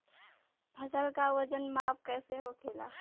फसल का वजन माप कैसे होखेला?